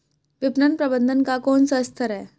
विपणन प्रबंधन का कौन सा स्तर है?